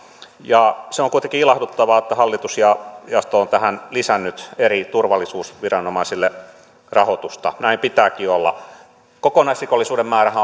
on kuitenkin ilahduttavaa että hallitus ja jaosto ovat tähän lisänneet eri turvallisuusviranomaisille rahoitusta näin pitääkin olla kokonaisrikollisuuden määrähän